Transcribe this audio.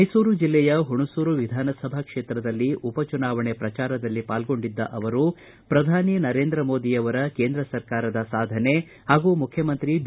ಮೈಸೂರು ಜಿಲ್ಲೆಯ ಹುಣಸೂರು ವಿಧಾನಸಭಾ ಕ್ಷೇತ್ರದಲ್ಲಿ ಉಪಚುನಾವಣೆ ಪ್ರಚಾರದಲ್ಲಿ ಪಾಲ್ಗೊಂಡಿದ್ದ ಅವರು ಪ್ರಧಾನಿ ನರೇಂದ್ರ ಮೋದಿ ಅವರ ಕೇಂದ್ರ ಸರ್ಕಾರದ ಸಾಧನೆ ಹಾಗೂ ಮುಖ್ಯಮಂತ್ರಿ ಬಿ